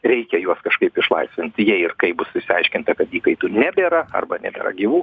reikia juos kažkaip išlaisvinti jei ir kai bus išsiaiškinta kad įkaitų nebėra arba nebėra gyvų